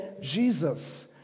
Jesus